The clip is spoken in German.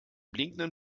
blinkenden